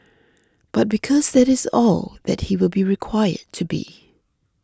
but because that it's all that he will be required to be